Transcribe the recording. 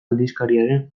aldizkariaren